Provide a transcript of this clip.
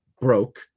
broke